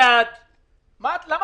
למה